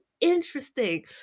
interesting